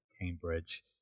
Cambridge